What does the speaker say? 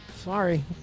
Sorry